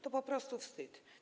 To po prostu wstyd.